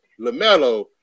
LaMelo